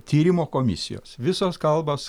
tyrimo komisijos visos kalbos